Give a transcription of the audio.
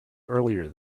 earlier